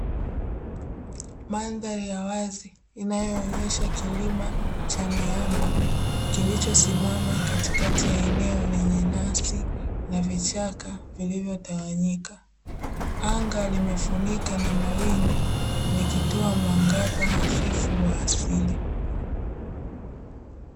Mandhari ya wazi inayoonesha kilima cha miamba kilichosimama katikati ya eneo lenye nyasi na vichaka vilivyotawanyika, anga limefunikwa na mawingu likitoa mwangaza hafifu wa asili.